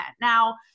Now